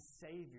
Savior